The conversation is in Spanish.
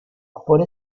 por